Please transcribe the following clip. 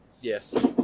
Yes